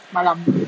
malam